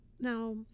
now